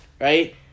Right